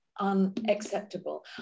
unacceptable